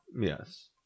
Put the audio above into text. Yes